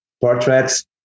portraits